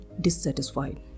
dissatisfied